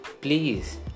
Please